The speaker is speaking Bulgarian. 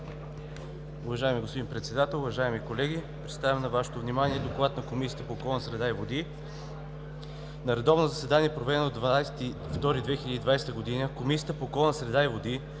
Уважаеми господин Председател, уважаеми колеги! Представям на Вашето внимание Доклада на Комисията по околната среда и водите: „На редовно заседание, проведено на 20 февруари 2020 г., Комисията по околната среда и водите,